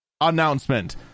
announcement